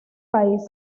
país